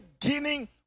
beginning